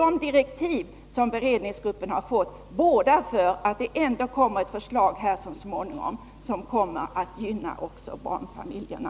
De direktiv som beredningsgruppen har fått talar för att det så småningom kommer att läggas fram ett förslag som i allra högsta grad gynnar också barnfamiljerna.